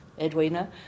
Edwina